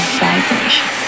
vibration